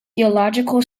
theological